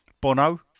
Bono